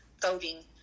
voting